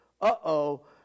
uh-oh